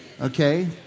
Okay